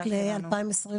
רק ל-2023?